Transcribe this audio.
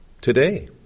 today